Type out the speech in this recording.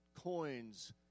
coins